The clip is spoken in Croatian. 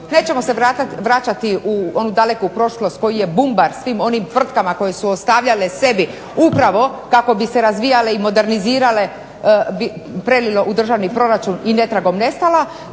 nećemo se vraćati u daleku prošlost koji je bumbar svim onim tvrtkama koje su ostavljale sebi upravo kako bi se razvijale i modernizirale prelilo u državni proračun i netragom nestala